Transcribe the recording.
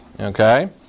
Okay